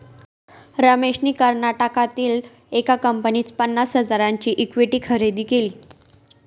रमेशने कर्नाटकातील एका कंपनीत पन्नास हजारांची इक्विटी खरेदी केली